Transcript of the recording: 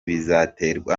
bizaterwa